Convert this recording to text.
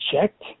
checked